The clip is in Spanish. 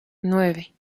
nueve